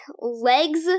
legs